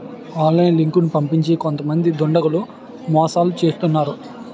online లింకులు పంపించి కొంతమంది దుండగులు మోసాలు చేస్తున్నారు